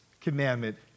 commandment